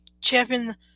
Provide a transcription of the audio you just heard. champion